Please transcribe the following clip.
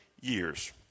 years